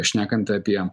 šnekant apie